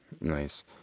nice